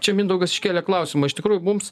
čia mindaugas iškėlė klausimą iš tikrųjų mums